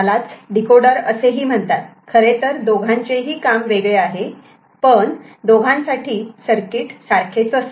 यालाच डीकोडर असेही म्हणतात खरेतर दोघांचेही काम वेगळे आहे पण दोघांसाठी सर्किट सारखेच असते